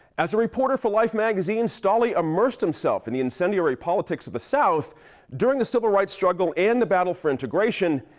as a reporter for life magazine, stolley immersed himself in the incendiary politics of the south during the civil rights struggle and the battle for integration.